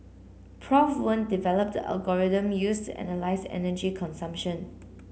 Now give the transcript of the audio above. Prof Wen developed the algorithm used to analyse energy consumption